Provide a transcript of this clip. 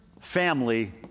family